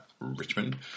Richmond